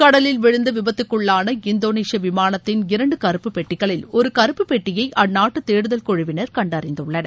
கடலில் விழுந்து விபத்துக்குள்ளான இந்தோனேஷிய விமானத்தின் இரண்டு கருப்பு பெட்டிகளில் ஒரு கருப்பு பெட்டியை அந்நாட்டு தேடுதல் குழுவினர் கண்டறிந்துள்ளனர்